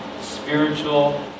spiritual